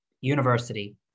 university